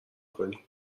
کنی